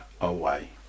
away